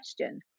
question